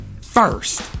first